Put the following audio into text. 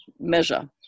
measure